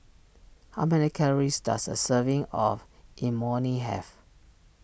how many calories does a serving of Imoni have